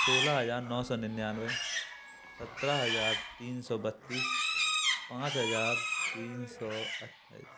सोलह हज़ार नौ सौ निन्यानवे सत्रह हज़ार तीन सौ बत्तीस पाँच हज़ार तीन सौ अट्ठाईस